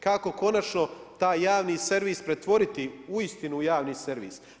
Kako konačno taj javni servis pretvoriti uistinu u javni servis.